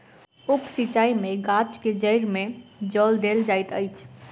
उप सिचाई में गाछ के जइड़ में जल देल जाइत अछि